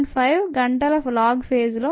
5 గంటల log phase లో ఉంటుంది